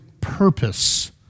purpose